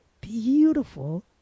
beautiful